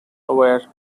were